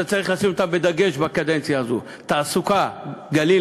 אתה צריך לשים עליהן דגש בקדנציה הזו: תעסוקה גליל-נגב,